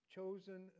Chosen